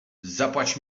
zapłać